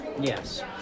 Yes